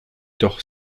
doch